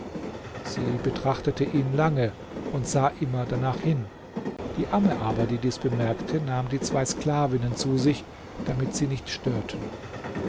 sie betrachtete ihn lange und sah immer danach hin die amme aber die dies bemerkte nahm die zwei sklavinnen zu sich damit sie nicht störten